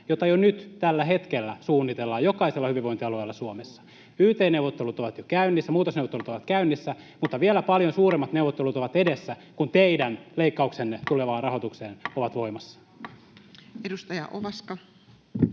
mitä jo nyt tällä hetkellä suunnitellaan jokaisella hyvinvointialueella Suomessa. Yt-neuvottelut ovat jo käynnissä, muutosneuvottelut ovat käynnissä, mutta vielä paljon suuremmat neuvottelut ovat edessä, kun teidän leikkauksenne tulevaan rahoitukseen ovat voimassa. Edustaja Ovaska.